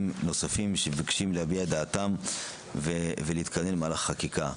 נוספים שמבקשים להביע את דעתם ולהתקדם בחקיקה.